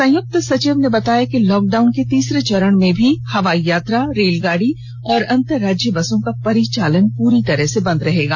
संयुक्त सचिव ने बताया कि लॉक डाउन के तीसरे चरण में भी हवाई यात्रा रेलगाड़ी और अंतर्राज्जीय बसों का परिचालन पूरी तरह से बंद रहेगा